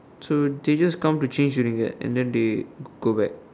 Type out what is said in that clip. so they just come to change to Ringgit and then they go back